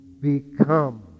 become